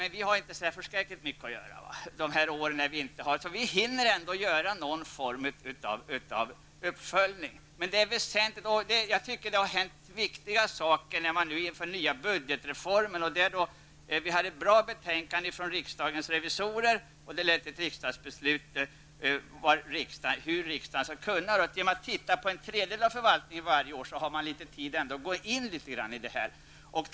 Men vi har faktiskt inte särskilt mycket att göra där. Vi hinner göra någon form av uppföljning. I och för sig har viktiga saker hänt. Jag tänker då på den nya budgetreformen. Vidare finns det ett bra betänkande från riksdagens revisiorer, som har lett till ett riksdagsbeslut om hur riksdagen skall agera. Genom att studera förhållandena vad gäller en tredjedel av förvaltningen varje år finns det litet tid att gå in på sådana här saker.